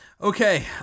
Okay